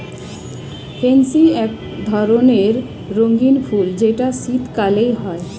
pansy এক ধরণের রঙ্গীন ফুল যেটা শীতকালে হয়